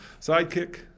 sidekick